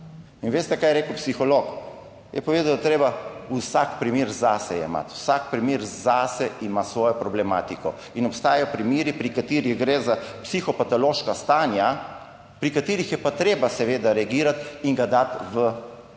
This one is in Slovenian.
In veste, kaj je rekel psiholog? Je povedal, da je treba vsak primer zase jemati, vsak primer zase ima svojo problematiko. In obstajajo primeri, pri katerih gre za psihopatološka stanja, pri katerih je pa treba seveda reagirati in ga dati v temu